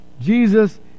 Jesus